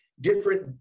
different